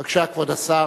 בבקשה, כבוד השר.